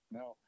no